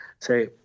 say